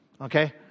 Okay